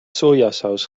sojasaus